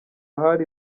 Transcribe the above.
hari